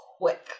quick